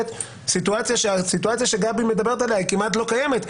הסיטואציה שגבי מדברת עליה כמעט לא קיימת,